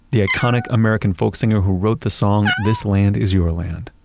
the iconic american folk-singer who wrote the song this land is your land.